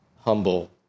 humble